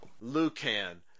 Lucan